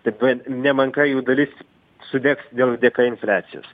taip da nemenka jų dalis sudegs dėl dėka infliacijos